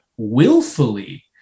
willfully